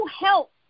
help